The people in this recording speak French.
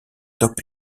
top